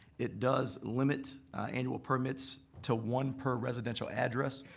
it does limit annual permits to one per residential address.